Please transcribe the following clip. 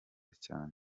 cyane